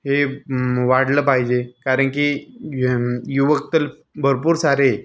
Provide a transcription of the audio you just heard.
हे वाढलं पाहिजे कारण की घे युवक तर भरपूर सारे